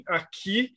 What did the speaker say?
aqui